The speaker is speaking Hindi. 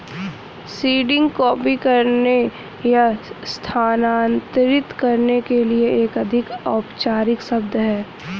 सीडिंग कॉपी करने या स्थानांतरित करने के लिए एक अधिक औपचारिक शब्द है